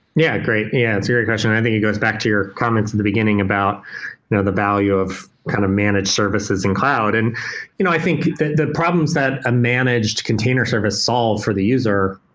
yeah, great. yeah, it's a great question. i think it goes back to your comments in the beginning about you know the value of kind of managed services in cloud. and you know i think the the problems that a managed container service solve for the user,